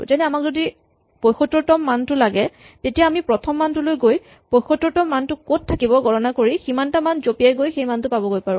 যেনে আমাক যদি ৭৫তম মানটো লাগে তেতিয়া আমি প্ৰথম মানটোলৈ গৈ ৭৫তম মানটো ক'ত থাকিব গণনা কৰি সিমানটা মান জপিয়াই গৈ সেই মানটো পাবগৈ পাৰো